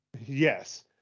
Yes